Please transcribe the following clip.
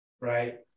right